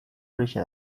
horixe